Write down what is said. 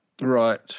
Right